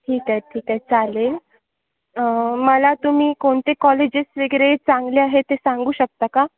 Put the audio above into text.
ठीक आहे ठीक आहे चालेल मला तुम्ही कोणते कॉलेजेस वगैरे चांगले आहेत ते सांगू शकता का